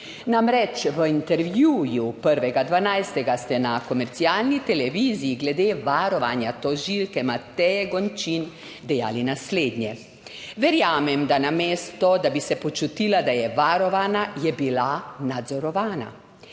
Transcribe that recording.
Namreč v intervjuju 1. 12. ste na komercialni televiziji glede varovanja tožilke Mateje Gončin dejali naslednje: »Verjamem, da namesto, da bi se počutila, da je varovana, je bila nadzorovana.«